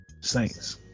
Saints